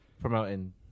promoting